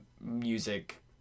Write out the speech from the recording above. music